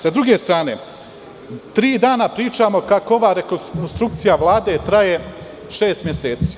S druge strane, tri dana pričamo kako ova rekonstrukcija Vlade traje šest meseci.